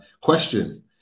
question